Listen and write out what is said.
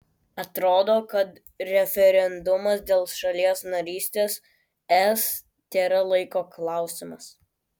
atrodo kad referendumas dėl šalies narystės es tėra laiko klausimas